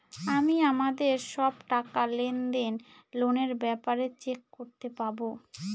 আমি আমাদের সব টাকা, লেনদেন, লোনের ব্যাপারে চেক করতে পাবো